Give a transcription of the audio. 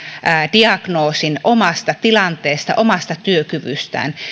diagnoosin omasta tilanteesta omasta työkyvystään